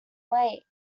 lake